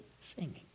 singing